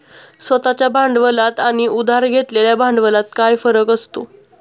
स्वतः च्या भांडवलात आणि उधार घेतलेल्या भांडवलात काय फरक असतो?